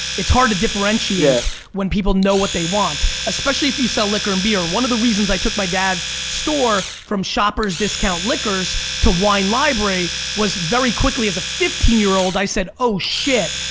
it's hard to differentiate when people know what they want. especially if you sell liquor and beer. one of the reasons i took my dad's store from shopper's discount liquors to winelibrary, was very quickly as a fifteen year old i said oh shit,